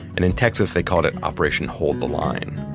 and in texas, they called it operation hold the line.